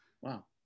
Wow